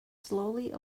slowly